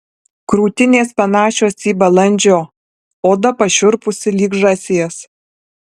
krūtinės panašios į balandžio oda pašiurpusi lyg žąsies